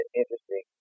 interesting